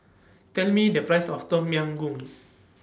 Tell Me The Price of Tom Yam Goong